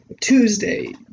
Tuesday